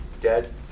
dead